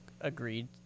agreed